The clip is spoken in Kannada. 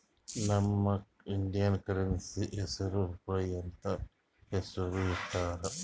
ನಮ್ ಇಂಡಿಯಾದು ಕರೆನ್ಸಿ ಹೆಸುರ್ ರೂಪಾಯಿ ಅಂತ್ ಹೆಸುರ್ ಇಟ್ಟಾರ್